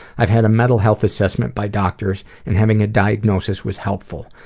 i've had a mental health assessment by doctors, and having a diagnosis was helpful.